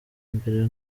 imbere